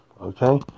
okay